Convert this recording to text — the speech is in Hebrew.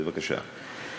בבקשה.